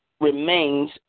remains